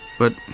but.